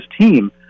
team